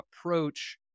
approach